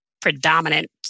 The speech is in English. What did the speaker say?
predominant